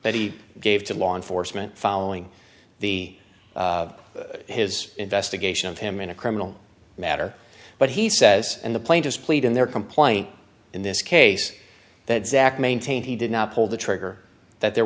that he gave to law enforcement following the his investigation of him in a criminal matter but he says and the plane just played in their complaint in this case that zack maintained he did not pull the trigger that there